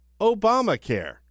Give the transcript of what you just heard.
Obamacare